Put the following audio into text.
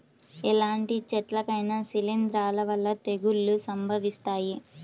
ఎలాంటి చెట్లకైనా శిలీంధ్రాల వల్ల తెగుళ్ళు సంభవిస్తాయి